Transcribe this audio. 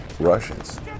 Russians